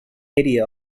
area